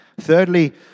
thirdly